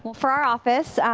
for our office,